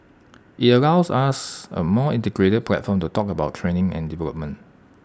IT allows us A more integrated platform to talk about training and development